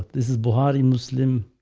this is bihari muslim